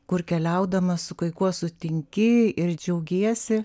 kur keliaudamas su kai kuo sutinki ir džiaugiesi